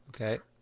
Okay